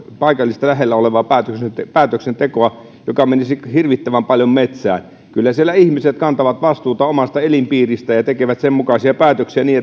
paikallista lähellä olevaa päätöksentekoa joka menisi hirvittävän paljon metsään kyllä siellä ihmiset kantavat vastuuta omasta elinpiiristään ja tekevät sen mukaisia päätöksiä niin